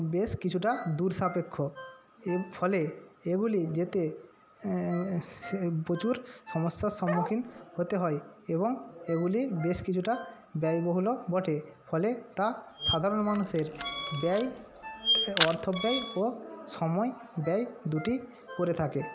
বেশ কিছুটা দূর সাপেক্ষ এর ফলে এগুলি যেতে প্রচুর সমস্যার সম্মুখীন হতে হয় এবং এগুলি বেশ কিছুটা ব্যয়বহুলও বটে ফলে তা সাধারণ মানুষের ব্যয় অর্থ ব্যয় ও সময় ব্যয় দুটি করে থাকে